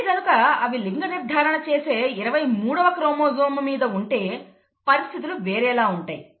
అదే గనుక అవి లింగనిర్ధారణ చేసే 23వ క్రోమోజోము మీద ఉంటే పరిస్థితులు వేరేలా ఉంటాయి